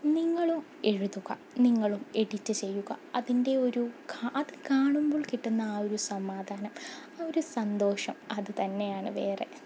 നിങ്ങളും എഴുതുക നിങ്ങളും എഡിറ്റ് ചെയ്യുക അതിൻ്റെ ഒരു അത് കാണുമ്പോൾ കിട്ടുന്ന ആ ഒരു സമാധാനം ആ ഒരു സന്തോഷം അത് തന്നെയാണ് വേറെ